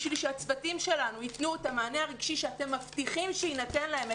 בשביל שהצוותים שלנו יתנו את המענה הרגשי שאתם מבטיחים שיינתן להם,